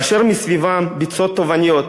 כאשר מסביבם ביצות טובעניות,